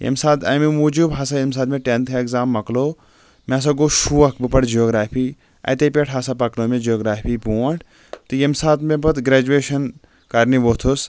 ییٚمہِ ساتہٕ امہِ موٗجوٗب ہسا ییٚمہِ ساتہٕ مےٚ ٹینتھ اٮ۪گزام مکلوو مےٚ ہسا گوٚو شوق بہٕ پر جیوٗگرافی اتے پیٹھ ہسا پکنٲو مےٚ جیوٗگرافی برونٹھ تہٕ ییٚمہِ ساتہٕ مےٚ پتہٕ گریجویشن کرنہِ ووٚتھُس